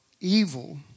evil